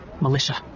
Militia